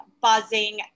buzzing